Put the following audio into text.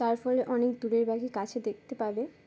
তার ফলে অনেক দূরের বাকি কাছে দেখতে পাবে